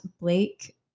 Blake